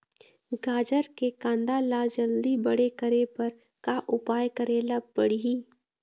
गाजर के कांदा ला जल्दी बड़े करे बर का उपाय करेला पढ़िही?